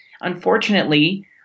unfortunately